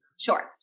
Sure